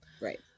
Right